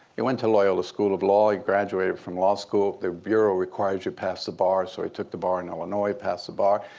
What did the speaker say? he went to loyola school of law. he graduated from law school. the bureau requires you pass the bar. so he took the bar in illinois, passed the bar.